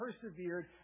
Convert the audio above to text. persevered